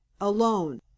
alone